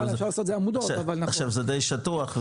עכשיו זה דיי שטוח,